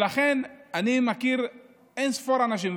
אני מכיר אין-ספור אנשים,